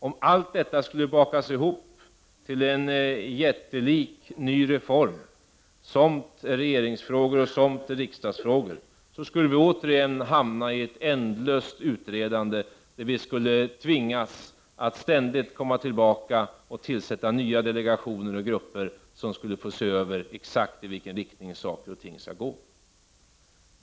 Om allt detta skulle bakas ihop till en jättelik ny reform, somt är regeringsfrågor och somt är riksdagsfrågor, skulle vi återigen hamna i ett ändlöst utredande. Vi skulle ständigt tvingas komma tillbaka och tillsätta nya delegationer och grupper som skulle få se över exakt i vilken riktning saker och ting skulle gå.